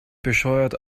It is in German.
bescheuert